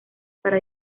para